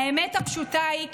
"האמת הפשוטה היא,